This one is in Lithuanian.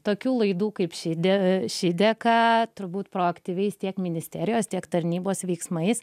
tokių laidų kaip šyde šyde ką turbūt proaktyviais tiek ministerijos tiek tarnybos veiksmais